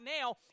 now